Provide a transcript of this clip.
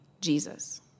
Jesus